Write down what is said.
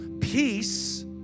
peace